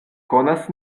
konas